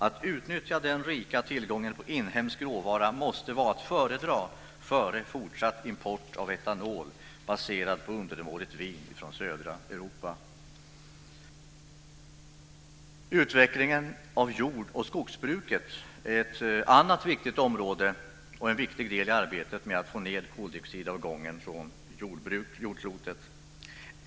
Att utnyttja den rika tillgången på inhemsk råvara måste vara att föredra framför fortsatt import av etanol baserad på undermåligt vin från södra Europa. Utvecklingen av jord och skogsbruket är ett annat viktigt område och en viktig del i arbetet med att få ned koldioxidavgången från jordklotet.